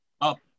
up